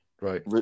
right